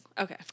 Okay